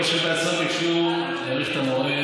כל שנה מתקבל אישור להאריך את המועד